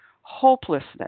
hopelessness